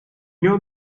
know